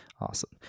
awesome